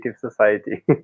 society